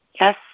yes